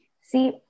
See